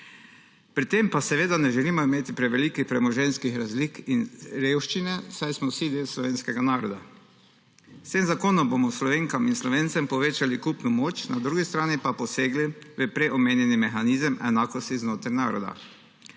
pri tem pa ne želimo imeti prevelikih premoženjskih razlik in revščine, saj smo vsi del slovenskega naroda. S tem zakonom bomo Slovenkam in Slovencem povečali kupno moč, na drugi strani pa posegli v prej omenjeni mehanizem enakosti znotraj naroda.